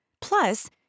Plus